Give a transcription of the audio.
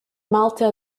malta